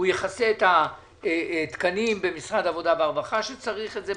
זה יכסה את התקנים במשרד העבודה והרווחה שצריך את זה,